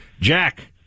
Jack